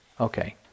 okay